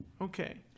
Okay